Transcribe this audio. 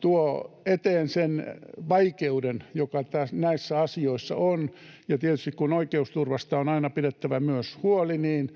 tuo eteen sen vaikeuden, joka taas näissä asioissa on. Ja tietysti, kun oikeusturvasta on aina pidettävä myös huoli, niin